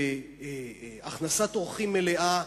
ובהכנסת אורחים מלאה,